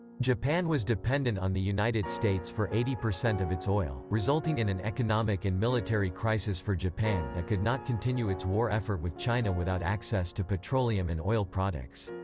japan was dependent on the united states for eighty percent of its oil, resulting in an economic and military crisis for japan that could not continue its war effort with china without access to petroleum and oil products.